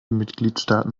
mitgliedstaaten